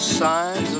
signs